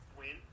win